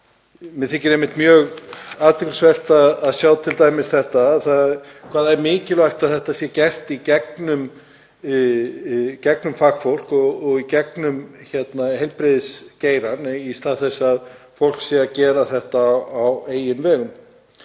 Mér þykir einmitt mjög athyglisvert að sjá hve mikilvægt er að þetta sé gert í gegnum fagfólk og í gegnum heilbrigðisgeirann í stað þess að fólk sé að gera þetta á eigin vegum.